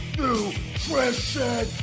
nutrition